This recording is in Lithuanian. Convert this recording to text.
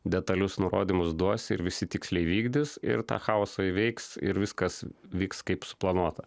detalius nurodymus duosi ir visi tiksliai vykdys ir tą chaosą įveiks ir viskas vyks kaip suplanuota